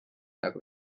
nagu